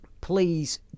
please